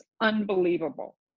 unbelievable